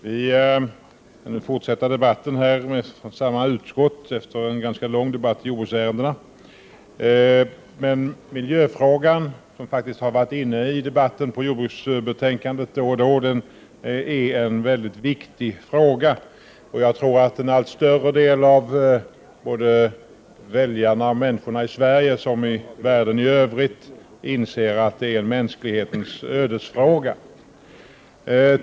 Herr talman! Vi fortsätter debatten här med ett nytt ärende från samma utskott. Efter en ganska lång debatt om jordbruksärendena följer nu miljöfrågan, som faktiskt då och då varit uppe även i debatten om jordbruksärendena. Det är en mycket viktig fråga, och jag tror att en allt större del av väljarna och människorna i övrigt såväl i Sverige som i världen i Övrigt inser att miljön är mänsklighetens ödesfråga.